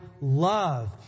love